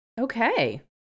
Okay